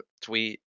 tweet